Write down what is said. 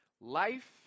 Life